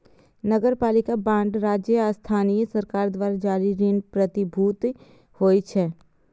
नगरपालिका बांड राज्य आ स्थानीय सरकार द्वारा जारी ऋण प्रतिभूति होइ छै